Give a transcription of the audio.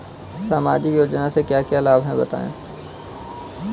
सामाजिक योजना से क्या क्या लाभ हैं बताएँ?